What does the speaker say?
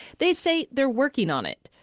they say they're working on it.